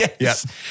Yes